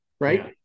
right